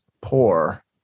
poor